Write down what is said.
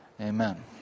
Amen